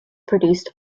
produced